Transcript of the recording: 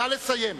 נא לסיים.